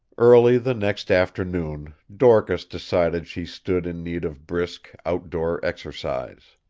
early the next afternoon dorcas decided she stood in need of brisk, outdoor exercise.